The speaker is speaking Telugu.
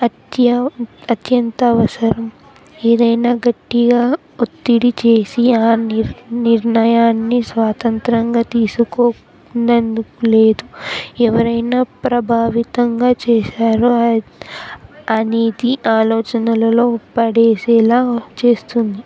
అత్య అత్యంత అవసరం ఏదైనా గట్టిగా ఒత్తిడి చేసి ఆ నిర్ నిర్ణయాన్ని స్వాతంత్రంగా తీసుకోనందుకు లేదు ఎవరైనా ప్రభావితం చేశారు అనేది ఆలోచనలలో పడేసేలా చేస్తుంది